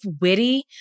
witty